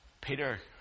Peter